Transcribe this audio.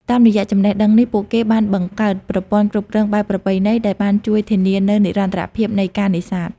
តាមរយៈចំណេះដឹងនេះ ពួកគេបានបង្កើតប្រព័ន្ធគ្រប់គ្រងបែបប្រពៃណីដែលបានជួយធានានូវនិរន្តរភាពនៃការនេសាទ។